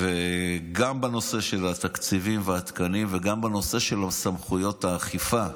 גם בנושא של התקציבים והתקנים וגם בנושא של סמכויות האכיפה.